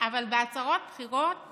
אבל בהצהרות בחירות